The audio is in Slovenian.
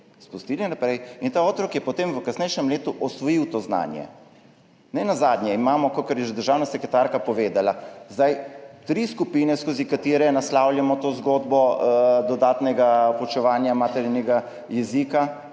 Spustili naprej in ta otrok je potem v kasnejšem letu usvojil to znanje. Nenazadnje imamo, kakor je že državna sekretarka povedala, zdaj tri skupine, skozi katere naslavljamo to zgodbo dodatnega poučevanja maternega jezika,